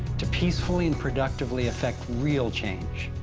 to peacefully an productively affect real change